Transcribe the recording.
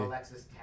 Alexis